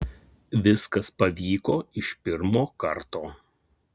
viskas pavyko iš pirmo karto